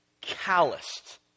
calloused